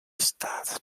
start